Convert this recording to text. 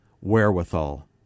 wherewithal